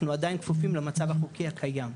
אנחנו עדיין כפופים למצב החוקי הקיים.